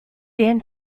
dan